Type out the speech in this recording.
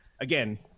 again